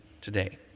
today